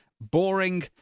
boring